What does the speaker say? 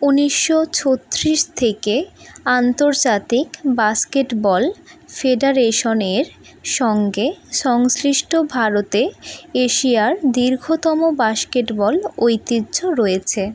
উনিশশো ছত্রিশ থেকে আন্তর্জাতিক বাস্কেটবল ফেডারেশনের সঙ্গে সংশ্লিষ্ট ভারতে এশিয়ার দীর্ঘতম বাস্কেটবল ঐতিহ্য রয়েছে